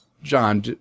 John